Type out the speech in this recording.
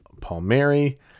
Palmieri